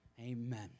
Amen